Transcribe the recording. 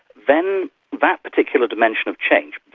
then that particular dimension of change,